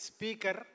Speaker